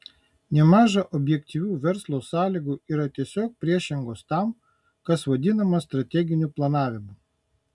nemaža objektyvių verslo sąlygų yra tiesiog priešingos tam kas vadinama strateginiu planavimu